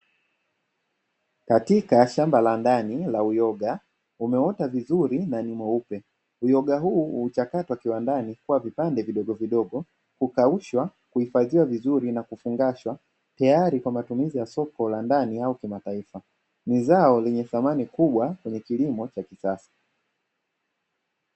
Katika shamba la ndani la uyoga umeota vizuri na ni mweupe. Uyoga huu huchakatwa kiwandani kwa vipande vidogo vidogo, hukausha, huhifadhiwa vizuri na kufungashwa tayari kwa matumizi ya soko la ndani au kimataifa. Ni zao lenye thamani kubwa kwenye kilimo cha kisasa.